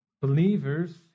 Believers